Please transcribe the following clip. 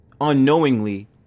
unknowingly